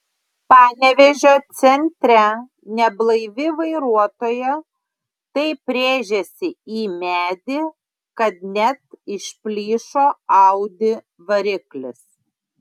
panevėžio centre neblaivi vairuotoja taip rėžėsi į medį kad net išplyšo audi variklis